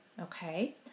okay